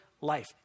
life